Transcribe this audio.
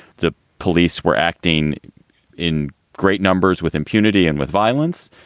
the police were acting in great numbers with impunity and with violence.